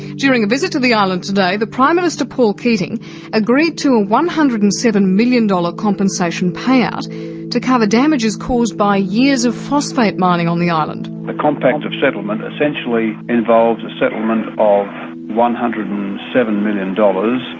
during a visit to the island today the prime minister paul keating agreed to a one hundred and seven million dollars compensation payout to cover damages caused by years of phosphate mining on the island. the compact of settlement essentially involves a settlement of one hundred and seven million dollars,